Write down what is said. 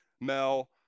mel